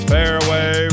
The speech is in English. Fairway